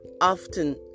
often